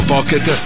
Pocket